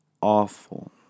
awful